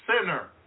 sinner